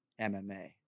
MMA